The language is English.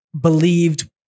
believed